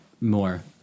more